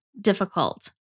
difficult